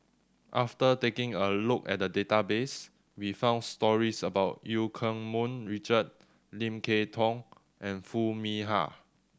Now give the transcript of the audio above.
after taking a look at the database we found stories about Eu Keng Mun Richard Lim Kay Tong and Foo Mee Har